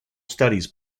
studies